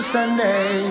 Sunday